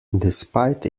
despite